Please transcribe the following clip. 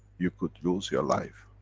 you could loose your life.